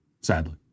sadly